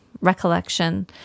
recollection